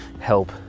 help